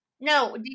No